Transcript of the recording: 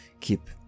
keep